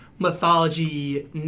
Mythology